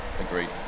agreed